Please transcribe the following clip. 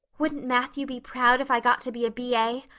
wouldn't matthew be proud if i got to be a b a?